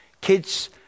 Kids